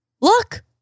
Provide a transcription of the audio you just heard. Look